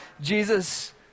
Jesus